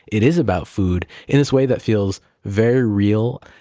it is about food in this way that feels very real,